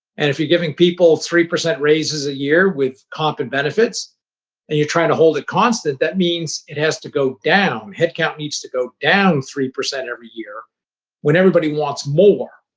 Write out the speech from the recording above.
and if you're giving people three percent raises a year with comp and benefits and you're trying to hold it constant, that means it has to go down. headcount needs to go down three percent every year when everybody wants more.